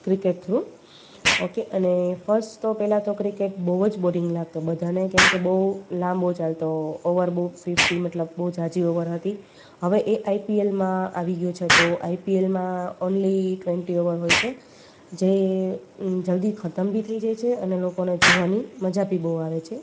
cricket through okay અને first તો પેહલા તો ક્રિકેટ બહુ જ બોરિંગ લાગતો બધા ને કેમકે બહુ લાંબો ચાલતો ઓવર બહુ ફિફ્ટી મતલબ બહુ ઝાઝી ઓવર હતી હવે એ આઈપીએલમાં આવી ગયું છે તો આઈપીએલમાં ઓન્લી ટવેન્ટી ઓવર હોય છે જે જલ્દી ખતમ બી થઈ જાય છે અને લોકોને જોવાની મજા બી બહુ આવે છે